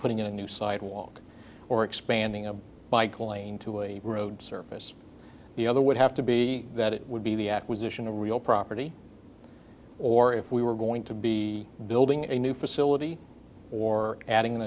putting in a new sidewalk or expanding a bike lane to a road surface the other would have to be that it would be the acquisition of real property or if we were going to be building a new facility or adding